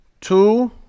two